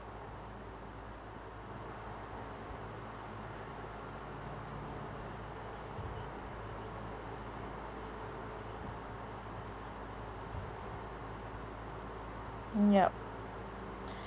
yup